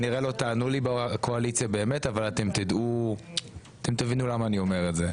כנראה לא תענו לי אבל תבינו למה אני אומר את זה.